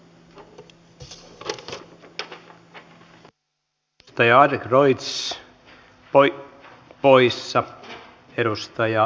vaatiiko tämä itsehallintoalueen oma verotus mahdollisesti kirjauksen perustuslakiin